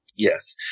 Yes